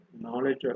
knowledge